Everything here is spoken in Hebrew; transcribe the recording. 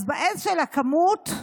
אז בעז של הכמות,